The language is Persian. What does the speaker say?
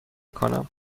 کنم